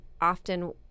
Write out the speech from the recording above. often